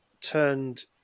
turned